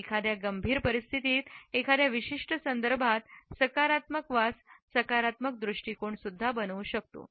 एखाद्या गंभीर परिस्थितीत एखाद्या विशिष्ट संदर्भात सकारात्मक वास सकारात्मक दृष्टिकोन बनवू शकतो